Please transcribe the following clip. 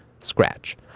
scratch